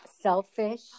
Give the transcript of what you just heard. selfish